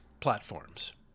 platforms